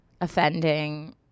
offending